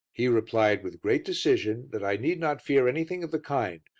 he replied with great decision that i need not fear anything of the kind,